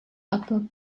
upper